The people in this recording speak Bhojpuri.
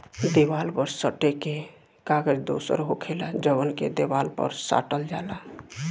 देवाल पर सटे के कागज दोसर होखेला जवन के देवाल पर साटल जाला